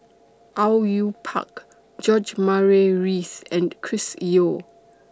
Au Yue Pak George Murray Reith and Chris Yeo